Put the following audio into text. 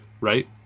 right